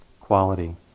quality